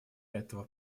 этого